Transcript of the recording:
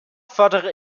fordere